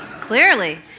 Clearly